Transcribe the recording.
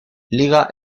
liga